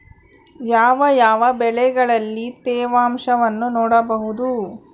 ಯಾವ ಯಾವ ಬೆಳೆಗಳಲ್ಲಿ ತೇವಾಂಶವನ್ನು ನೋಡಬಹುದು?